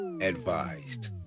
advised